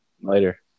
later